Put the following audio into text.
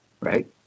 right